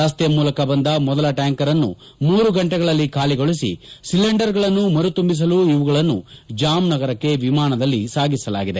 ರಸ್ತೆ ಮೂಲಕ ಬಂದ ಮೊದಲ ಟ್ಯಾಂಕರ್ಅನ್ನು ಮೂರು ಗಂಟೆಗಳಲ್ಲಿ ಬಾಲಗೊಳಿಸಿ ಸಿಲಿಂಡರ್ಗಳನ್ನು ಮರು ತುಂಬಿಸಲು ಅವುಗಳನ್ನು ಜಾಮ್ ನಗರಕ್ಕೆ ವಿಮಾನದಲ್ಲಿ ಸಾಗಿಸಲಾಗಿದೆ